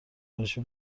آرایشی